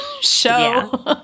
show